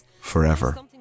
forever